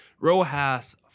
Rojas